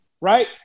right